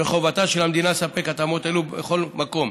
וחובתה של המדינה לספק התאמות אלו בכל מקום.